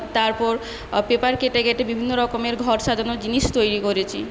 তারপর পেপার কেটে কেটে বিভিন্ন রকমের ঘর সাজানোর জিনিস তৈরি করেছি